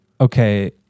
okay